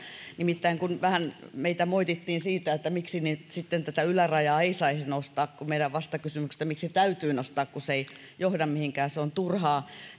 nimittäin kun vähän meitä moitittiin siitä miksi sitten tätä ylärajaa ei saisi nostaa kun meidän vastakysymyksemme oli että miksi täytyy nostaa kun se ei johda mihinkään ja se on turhaa